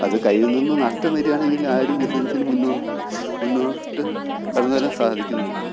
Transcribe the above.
അത് കയ്യില് നിന്ന് നഷ്ടം വരുകയാണെങ്കില് ആരും ബിസ്നെസ്സിന് മുന്നോട്ട് കടന്നുവരാന് സാധിക്കുന്നില്ല